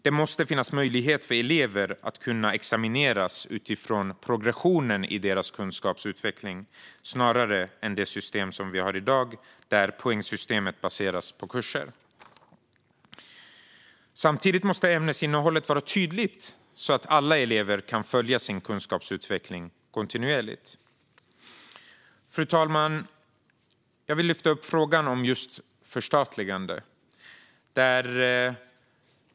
Det måste finnas möjlighet för elever att examineras utifrån progressionen i deras kunskapsutveckling snarare än enligt det system vi har i dag, där poängsystemet baseras på kurser. Samtidigt måste ämnesinnehållet vara tydligt så att alla elever kan följa sin kunskapsutveckling kontinuerligt. Fru talman! Jag vill lyfta upp frågan om förstatligande.